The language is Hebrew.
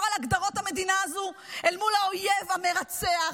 על הגדרות המדינה הזו אל מול האויב המרצח,